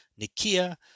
Nikia